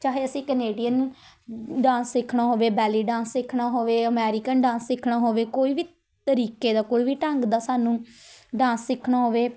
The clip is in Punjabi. ਚਾਹੇ ਅਸੀਂ ਕੈਨੇਡੀਅਨ ਡਾਂਸ ਸਿੱਖਣਾ ਹੋਵੇ ਬੈਲੀ ਡਾਂਸ ਸਿੱਖਣਾ ਹੋਵੇ ਅਮੈਰੀਕਨ ਡਾਂਸ ਸਿੱਖਣਾ ਹੋਵੇ ਕੋਈ ਵੀ ਤਰੀਕੇ ਦਾ ਕੋਈ ਵੀ ਢੰਗ ਦਾ ਸਾਨੂੰ ਡਾਂਸ ਸਿੱਖਣਾ ਹੋਵੇ